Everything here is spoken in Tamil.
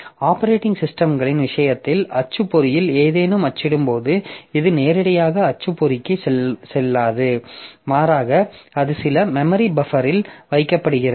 ஆப்பரேட்டிங் சிஸ்டம்களின் விஷயத்தில் அச்சுப்பொறியில் ஏதேனும் அச்சிடப்படும்போது இது நேரடியாக அச்சுப்பொறிக்குச் செல்லாது மாறாக அது சில மெமரி பஃப்பரில் வைக்கப்படுகிறது